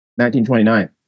1929